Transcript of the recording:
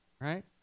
right